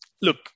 Look